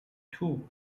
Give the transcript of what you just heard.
two